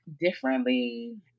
differently